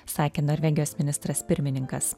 sakė norvegijos ministras pirmininkas